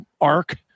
arc